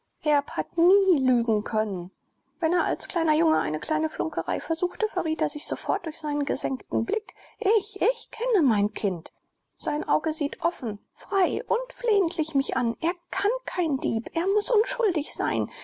hat nie lügen können wenn er als kleiner junge eine kleine flunkerei versuchte verriet er sich sofort durch seinen gesenkten blick ich ich kenne mein kind sein auge sieht offen frei und flehend mich an er kann kein dieb er muß unschuldig sein